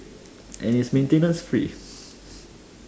and it's maintenance free